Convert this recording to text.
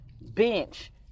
bench